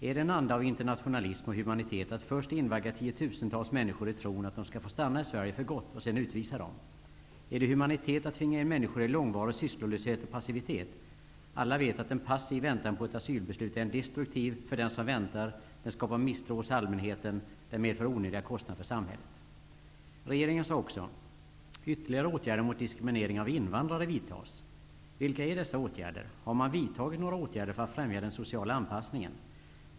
Är det en anda av internationalism och humanitet att först in vagga tiotusentals människor i tron att de skall få stanna i Sverige för gott och sedan utvisa dem? Är det humanitet att tvinga in människor i långvarig sysslolöshet och passivitet? Alla vet att en passiv väntan på ett asylbeslut är destruktiv för den som väntar. Den skapar misstro hos allmänheten. Den medför onödiga kostnader för samhället. Regeringen sade vidare: ''Ytterligare åtgärder mot diskriminering av invandrare vidtas.'' Vilka är dessa åtgärder? Har man vidtagit några åtgärder för att främja den sociala anpass ningen?